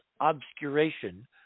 obscuration